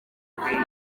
bukwiye